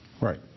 Right